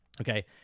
Okay